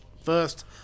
first